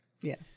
Yes